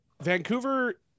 Vancouver